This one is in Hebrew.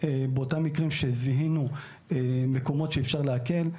באותם מקרים שזיהינו מקומות שאפשר להקל,